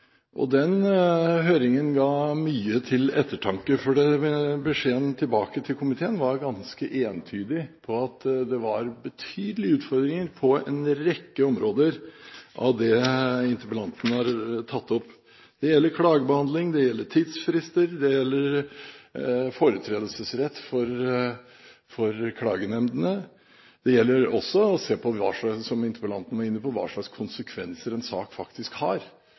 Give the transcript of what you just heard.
Den høringen ga mye til ettertanke, for beskjeden tilbake til komiteen var ganske entydig om at det var betydelige utfordringer på en rekke områder av det interpellanten har tatt opp. Det gjelder klagebehandling, tidsfrister, foretredelsesrett for klagenemndene. Det gjelder også å se på, som interpellanten var inne på, hva slags konsekvenser en sak faktisk har.